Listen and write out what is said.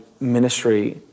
ministry